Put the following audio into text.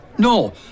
No